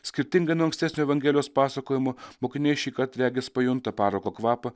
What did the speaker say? skirtingai nuo ankstesnio evangelijos pasakojimo mokiniai šįkart regis pajunta parako kvapą